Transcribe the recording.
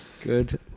Good